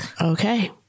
Okay